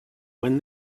when